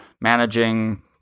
managing